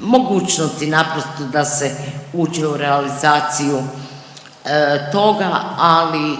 mogućnosti naprosto da se uđe u realizaciju toga, ali